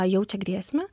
jaučia grėsmę